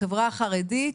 החברה החרדית,